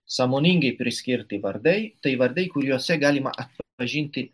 sąmoningai priskirti vardai tai vardai kuriuose galima atpažinti